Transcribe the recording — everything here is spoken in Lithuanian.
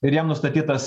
ir jam nustatytas